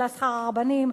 הועלה שכר הרבנים,